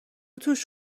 توش